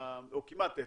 או כמעט אפס.